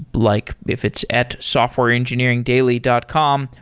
like if it's at softwareengineeringdaily dot com.